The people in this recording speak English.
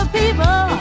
people